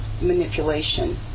manipulation